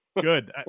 Good